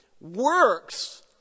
works